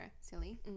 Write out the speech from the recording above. silly